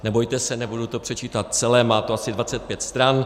Nebojte se, nebudu to předčítat celé, má to asi 25 stran.